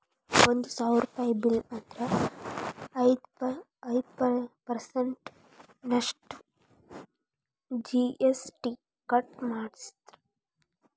ಒಂದ್ ಸಾವ್ರುಪಯಿ ಬಿಲ್ಲ್ ಆದ್ರ ಐದ್ ಪರ್ಸನ್ಟ್ ನಷ್ಟು ಜಿ.ಎಸ್.ಟಿ ಕಟ್ ಮಾದ್ರ್ಸ್